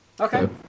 Okay